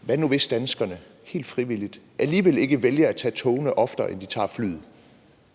Hvad nu, hvis danskerne helt frivilligt alligevel ikke vælger at tage toget oftere, end de tager flyet?